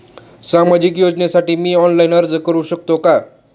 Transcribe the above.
सामाजिक योजनेसाठी मी ऑनलाइन अर्ज करू शकतो का?